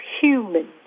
human